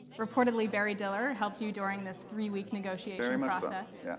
reportedly, barry diller, helped you during this three-week negotiation um ah process. yeah